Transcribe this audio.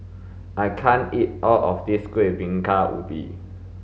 I can't eat all of this kueh bingka ubi